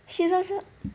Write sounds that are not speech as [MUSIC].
she's als~ [NOISE]